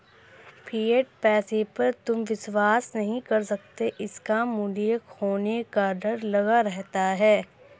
fiat पैसे पर तुम विश्वास नहीं कर सकते इसका मूल्य खोने का डर लगा रहता है